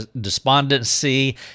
despondency